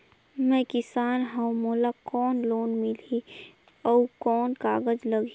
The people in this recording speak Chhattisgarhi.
मैं किसान हव मोला कौन लोन मिलही? अउ कौन कागज लगही?